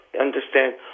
understand